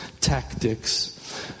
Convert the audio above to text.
tactics